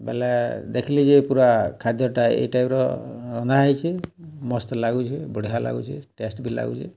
ବେଲେ ଦେଖ୍ଲି ଯେ ପୁରା ଖାଦ୍ୟଟା ଇ ଟାଇପ୍ର ରନ୍ଧା ହେଇଛେ ମସ୍ତ୍ ଲାଗୁଛେ ବଢ଼ିଆ ଲାଗୁଛେ ଟେଷ୍ଟ୍ ବି ଲାଗୁଛେ